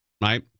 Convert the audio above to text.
right